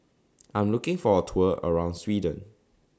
I'm looking For A Tour around Sweden